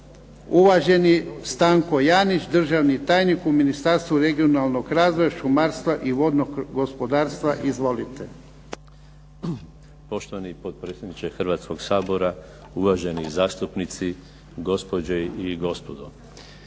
Uvaženi Stanko Janić državni tajnik u Ministarstvu regionalnog razvoja, šumarstva i vodnog gospodarstva. Izvolite. **Janić, Stanko** Poštovani potpredsjedniče Hrvatskoga sabora, uvaženi zastupnici, gospođe i gospodo.